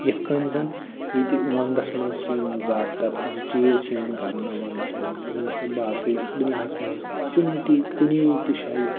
یِتھ کٔنۍ زن ییٚتہِ ونٛدس منٛز چھِ یِوان زیادٕ تر زٕ چیٖز یِوان کرنہٕ ونٛدس منٛز یِم نَہ سا باقٕے دُنیاہس منٛز کُنہِ تہِ کُنی تہِ جایہِ